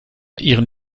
ihren